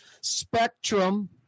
Spectrum